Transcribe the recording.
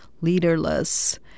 leaderless